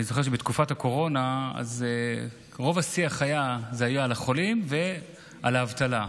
אני זוכר שבתקופת הקורונה רוב השיח היה על החולים ועל האבטלה.